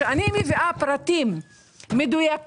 כאשר אני מביאה פרטים מדויקים,